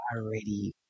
already